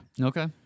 Okay